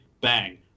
bang